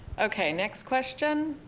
okay, next question,